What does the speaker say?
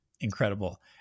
incredible